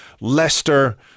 Leicester